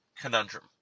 conundrum